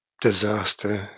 disaster